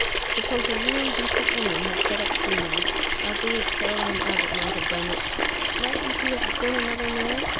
suppose a really decent woman had set up gino i believe caroline abbott might have done it mightn't he have been another man?